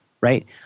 right